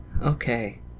Okay